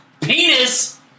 penis